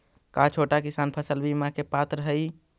का छोटा किसान फसल बीमा के पात्र हई?